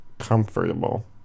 comfortable